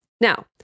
Now